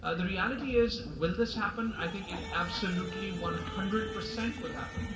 ah the reality is, will this happen? i think it absolutely, one-hundred percent, will happen.